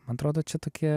man atrodo čia tokie